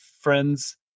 friends